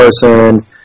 person